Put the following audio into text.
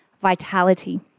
vitality